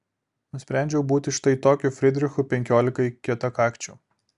nusprendžiau būti štai tokiu frydrichu penkiolikai kietakakčių